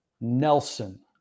nelson